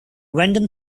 random